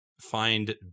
find